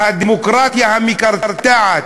והדמוקרטיה המקרטעת,